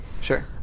Sure